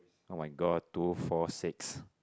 oh-my-god two four six